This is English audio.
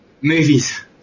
Movies